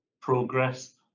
progress